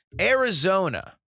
Arizona